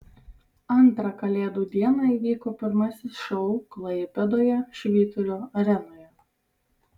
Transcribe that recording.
antrą kalėdų dieną įvyko pirmasis šou klaipėdoje švyturio arenoje